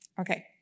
Okay